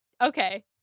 okay